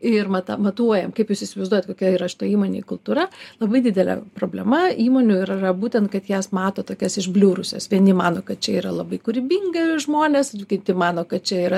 ir mata matuojam kaip jūs įsivaizduojat kokia yra šitoj įmonėj kultūra labai didelė problema įmonių yra ir būtent kad jas mato tokias ižbliurusias vieni mano kad čia yra labai kūrybingi žmonės kiti mano kad čia yra